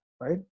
right